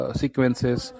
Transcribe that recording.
sequences